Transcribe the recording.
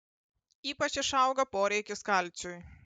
ypač išauga poreikis kalciui